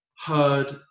heard